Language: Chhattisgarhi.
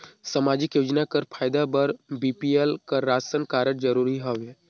समाजिक योजना कर फायदा बर बी.पी.एल कर राशन कारड जरूरी हवे?